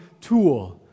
tool